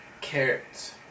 Carrots